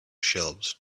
shelves